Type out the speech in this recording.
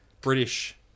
British